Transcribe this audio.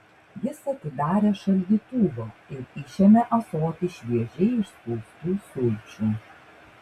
jis atidarė šaldytuvą ir išėmė ąsotį šviežiai išspaustų sulčių